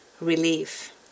relief